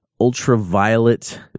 Ultraviolet